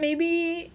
maybe